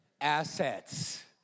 Assets